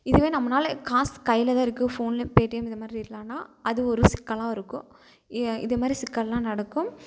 இதுவே நம்மனால் காசு கையில் தான் இருக்குது ஃபோனில் பேடிஎம் இதுமாதிரி இல்லைன்னா அது ஒரு சிக்கலாக இருக்கும் இ இதுமாதிரி சிக்கலெலாம் நடக்கும்